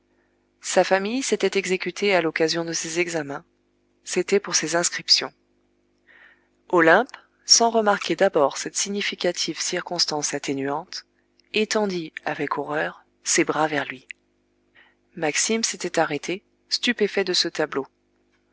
sa famille s'était exécutée à l'occasion de ses examens c'était pour ses inscriptions olympe sans remarquer d'abord cette significative circonstance atténuante étendit avec horreur ses bras vers lui maxime s'était arrêté stupéfait de ce tableau